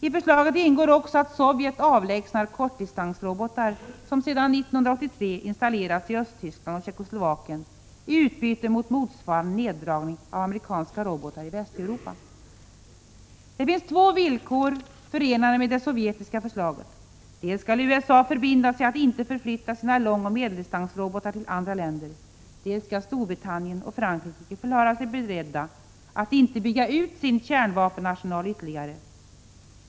I förslaget ingår också att Sovjet avlägsnar kortdistansrobotar, som sedan 1983 installerats i Östtyskland och Tjeckoslovakien, i utbyte mot motsvarande neddragning när det gäller amerikanska robotar i Västeuropa. Det finns två villkor förenade med det sovjetiska förslaget. Dels skall USA förbinda sig att inte förflytta sina långoch medeldistansrobotar till andra länder, dels skall Storbritannien och Frankrike förklara sig beredda att inte bygga ut sin kärnvapenarsenal ytterligare.